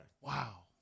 Wow